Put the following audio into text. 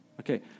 Okay